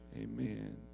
Amen